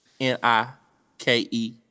N-I-K-E